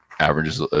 Averages